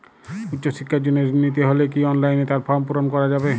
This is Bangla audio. উচ্চশিক্ষার জন্য ঋণ নিতে হলে কি অনলাইনে তার ফর্ম পূরণ করা যাবে?